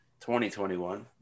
2021